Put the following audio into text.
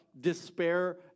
despair